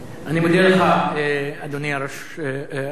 אני מודה לך, אדוני היושב-ראש.